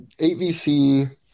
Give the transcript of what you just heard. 8VC